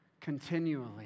continually